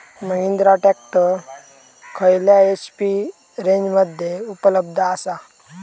Mahindra tractor खयल्या HP रेंजमध्ये उपलब्ध आसा?